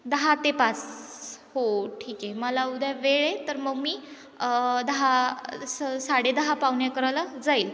दहा ते पास हो ठीक आहे मला उद्या वेळ आहे तर मग मी दहा स साडे दहा पाहुणे अकराला जाईल